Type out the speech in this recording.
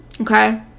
Okay